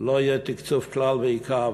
לא יהיה תקצוב כלל ועיקר.